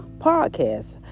podcast